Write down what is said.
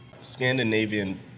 Scandinavian